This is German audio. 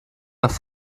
nach